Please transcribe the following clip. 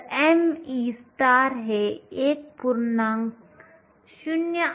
तर me हे 1